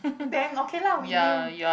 then okay lah we deal